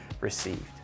received